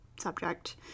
subject